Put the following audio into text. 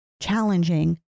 challenging